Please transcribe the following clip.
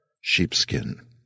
Sheepskin